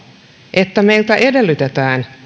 että meiltä edellytetään